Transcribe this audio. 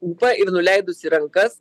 ūpą ir nuleidusi rankas